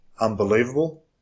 unbelievable